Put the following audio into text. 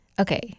Okay